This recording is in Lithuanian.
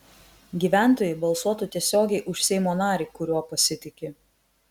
gyventojai balsuotų tiesiogiai už seimo narį kuriuo pasitiki